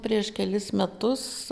prieš kelis metus